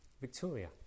Victoria